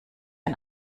ein